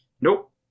nope